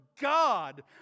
God